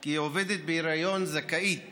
כי עובדת בהיריון זכאית